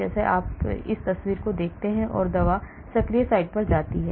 जैसे अगर आप इस तस्वीर को देखते हैं तो दवा सक्रिय साइट पर जाती है